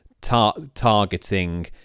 targeting